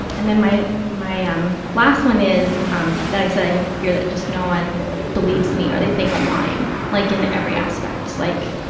and then my my um last one is um that i said i have a fear that just no one believes me or they think i'm lying, like every aspect. like,